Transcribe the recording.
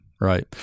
Right